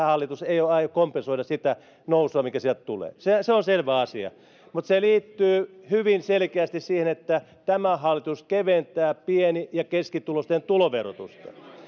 hallitus ei aio kompensoida sitä nousua mikä sieltä tulee se on selvä asia mutta se liittyy hyvin selkeästi siihen että tämä hallitus keventää pieni ja keskituloisten tuloverotusta